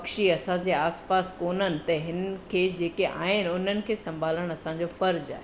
पक्षी असांजे आसपासि कोन्हनि त हिननि खे जेके आहिनि हुननि खे संभालणु असांजो फ़र्ज़ु आहे